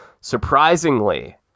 Surprisingly